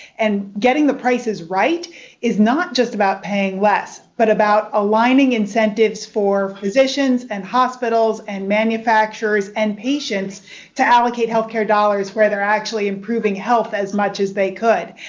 and getting the prices right is not just about paying less, but about aligning incentives for physicians, and hospitals, and manufacturers, and patients to allocate health care dollars where they're actually improving health as much as they could.